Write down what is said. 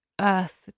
Earth